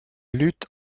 lutte